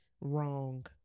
wrong